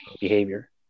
behavior